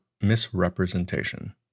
misrepresentation